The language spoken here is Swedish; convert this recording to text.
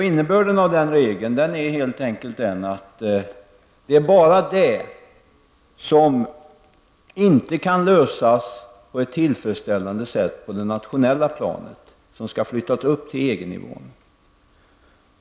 Innebörden av den regeln är helt enkelt den att bara det som inte på ett tillfredsställande sätt kan lösas på den nationella fronten skall flyttas upp till EG-nivån.